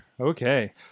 Okay